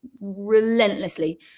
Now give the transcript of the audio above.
relentlessly